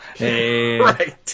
Right